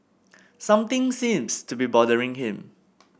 something seems to be bothering him